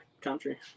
country